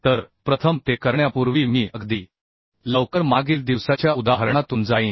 तर प्रथम ते करण्यापूर्वी मी अगदी लवकर मागील दिवसाच्या उदाहरणातून जाईन